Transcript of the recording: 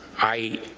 i